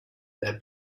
their